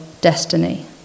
destiny